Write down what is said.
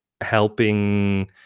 helping